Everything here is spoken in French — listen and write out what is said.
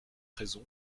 raison